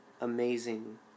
amazing